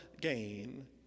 gain